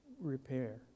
repair